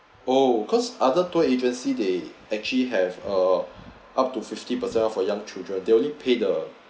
oh cause other tour agency they actually have uh up to fifty percent off for young children they only pay the